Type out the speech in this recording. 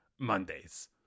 Mondays